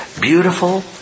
beautiful